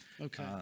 okay